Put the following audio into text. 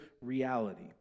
reality